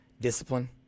discipline